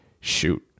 Shoot